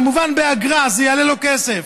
כמובן עם אגרה, זה יעלה לו כסף,